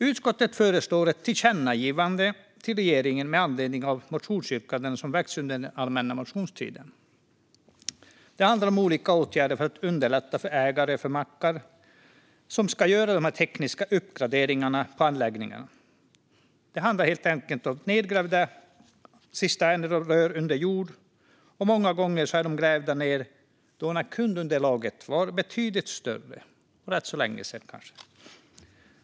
Utskottet föreslår ett tillkännagivande till regeringen med anledning av motionsyrkanden som har väckts under allmänna motionstiden. Det handlar om olika åtgärder för att underlätta för mackägare som ska göra dessa tekniska uppdateringar på anläggningarna. Det handlar helt enkelt om cisterner och rör som är nedgrävda under jord. Många gånger är de nedgrävda när kunderunderlaget var betydligt större - kanske för rätt länge sedan.